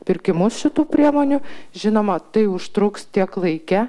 pirkimus šitų priemonių žinoma tai užtruks tiek laike